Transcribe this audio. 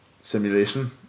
simulation